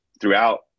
throughout